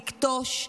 לכתוש,